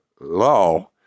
law